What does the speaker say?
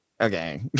okay